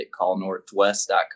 callnorthwest.com